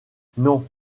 non